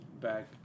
back